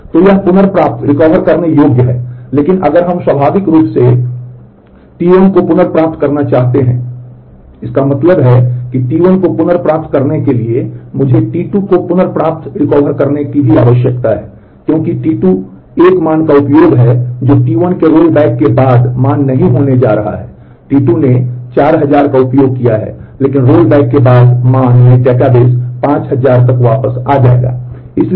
तो यह पुनर्प्राप्त करने योग्य है लेकिन अगर हम स्वाभाविक रूप से T1 को पुनर्प्राप्त करना चाहते हैं इसका मतलब है कि T1 को पुनर्प्राप्त करने के लिए मुझे T2 को पुनर्प्राप्त करने की भी आवश्यकता है क्योंकि T2 एक मान का उपयोग है जो T1 के रोलबैक के बाद मान नहीं होने जा रहा है T2 ने 4000 का उपयोग किया है लेकिन रोलबैक के बाद मान में डेटाबेस 5000 तक वापस आ जाएगा